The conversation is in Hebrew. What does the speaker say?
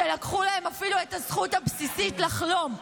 שלקחו להן אפילו את הזכות הבסיסית לחלום,